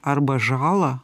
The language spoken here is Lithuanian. arba žalą